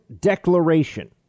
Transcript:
Declaration